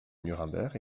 nuremberg